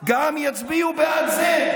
גם יצביעו בעד זה.